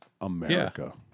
America